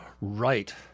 Right